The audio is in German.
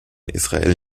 israel